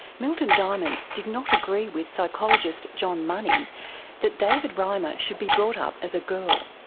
milton diamond did not agree with psychologist john money that david reimer should be brought up as a girl,